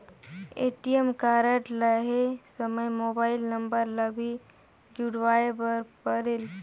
ATM card लहे समय mobile number ला भी जुड़वाए बर परेल?